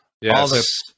yes